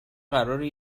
قراره